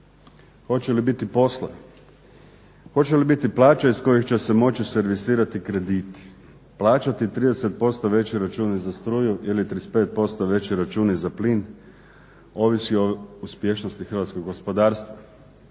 Hoće li biti posla, hoće li biti plaća iz kojih će se moći servisirati krediti, plaćati 30% veće račune za struju, ili 35% veće račune za plin, ovisi o uspješnosti hrvatskog gospodarstva.